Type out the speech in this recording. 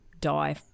die